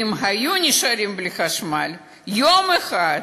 ואם היו נשארים בלי חשמל יום אחד,